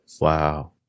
Wow